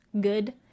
good